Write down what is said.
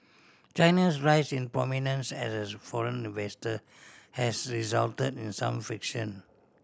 China's rise in prominence as foreign investor has result in some friction